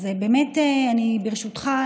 ברשותך,